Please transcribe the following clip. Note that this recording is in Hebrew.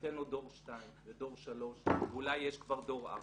אנטנות דור 2 ודור 3 ואולי יש כבר דור 4,